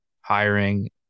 hiring